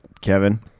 Kevin